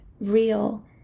real